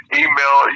email